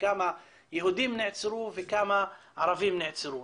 כמה יהודים נעצרו וכמה ערבים נעצרו.